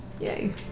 Yay